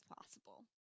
possible